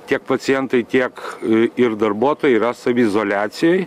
tiek pacientai tiek ir darbuotojai yra saviizoliacijoj